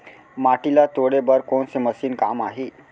माटी ल तोड़े बर कोन से मशीन काम आही?